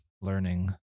learning